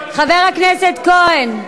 חבר הכנסת כהן,